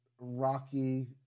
Rocky